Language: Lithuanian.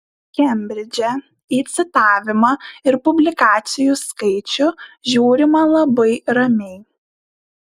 kembridže į citavimą ir publikacijų skaičių žiūrima labai ramiai